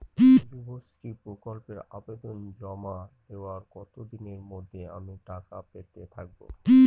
যুবশ্রী প্রকল্পে আবেদন জমা দেওয়ার কতদিনের মধ্যে আমি টাকা পেতে থাকব?